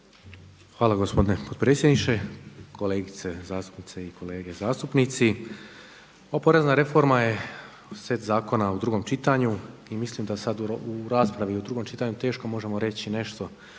Hvala gospodine potpredsjedniče, kolegice zastupnice i kolege zastupnici. Ova porezna reforma je set zakona u drugom čitanju i mislim da sad u raspravi u drugom čitanju teško možemo reći nešto